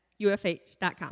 UFH.com